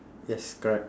yes correct